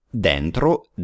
Dentro